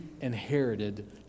inherited